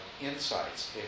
insights